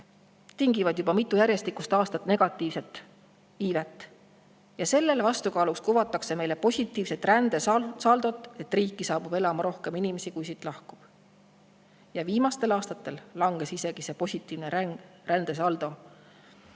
tingivad juba mitu järjestikust aastat negatiivset iivet. Sellele vastukaaluks kuvatakse meile positiivset rändesaldot, et riiki saabub elama rohkem inimesi, kui siit lahkub. Ja viimastel aastatel langes isegi see positiivne rändesaldo.